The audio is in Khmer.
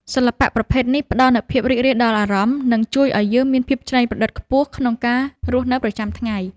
សិល្បៈប្រភេទនេះផ្តល់នូវភាពរីករាយដល់អារម្មណ៍ និង ជួយឱ្យយើងមានភាពច្នៃប្រឌិតខ្ពស់ក្នុងការរស់នៅប្រចាំថ្ងៃ។